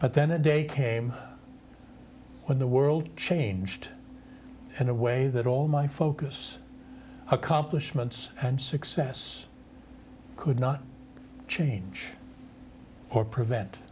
but then a day came when the world changed in a way that all my focus accomplishments and success could not change or prevent